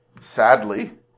sadly